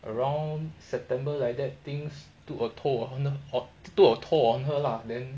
around september like that things took a toll on the took a toll on her lah then